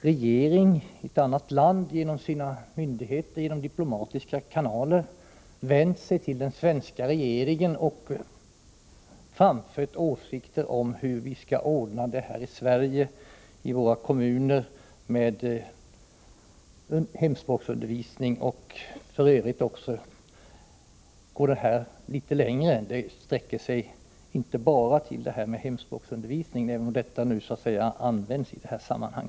Regeringen i ett annat land har alltså genom sina diplomatiska kanaler vänt sig till den svenska regeringen och framfört sina åsikter om hur vi här i Sverige, i våra kommuner, skall ordna hemspråksundervisningen. Åsikterna sträcker sig f.ö. litet längre än till att omfatta bara hemspråksundervisningen, även om det är den som använts i detta sammanhang.